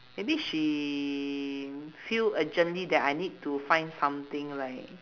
maybe she feel urgently that I need to find something like